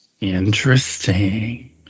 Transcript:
Interesting